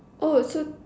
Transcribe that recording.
oh so